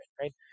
right